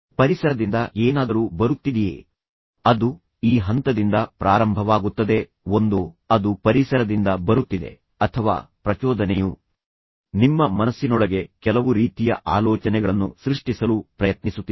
ಪರಿಸರದಿಂದ ಏನಾದರೂ ಬರುತ್ತಿದಿಯೇ ಅದು ಈ ಹಂತದಿಂದ ಪ್ರಾರಂಭವಾಗುತ್ತದೆ ಒಂದೋ ಅದು ಪರಿಸರದಿಂದ ಬರುತ್ತಿದೆ ಅಥವಾ ಪ್ರಚೋದನೆಯು ನಿಮ್ಮ ಮನಸ್ಸಿನೊಳಗೆ ಕೆಲವು ರೀತಿಯ ಆಲೋಚನೆಗಳನ್ನು ಸೃಷ್ಟಿಸಲು ಪ್ರಯತ್ನಿಸುತ್ತಿದೆ